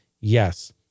Yes